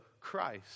Christ